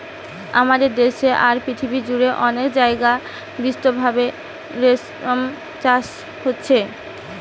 আমাদের দেশে আর পৃথিবী জুড়ে অনেক জাগায় বিস্তৃতভাবে রেশম চাষ হচ্ছে